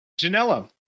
Janela